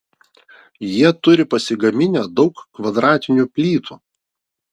jie turi pasigaminę daug kvadratinių plytų